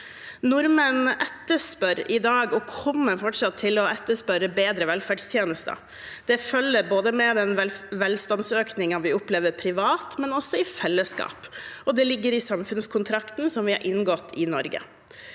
Nordmenn etterspør i dag og kommer fortsatt til å etterspørre bedre velferdstjenester. Det følger med den velstandsøkningen vi opplever privat, men også i fellesskap, og det ligger i samfunnskontrakten vi har inngått i Norge.